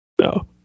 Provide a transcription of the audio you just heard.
No